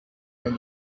than